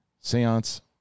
Seance